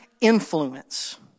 influence